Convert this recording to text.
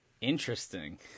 Interesting